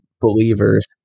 believers